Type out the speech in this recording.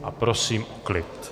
A prosím o klid.